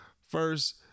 first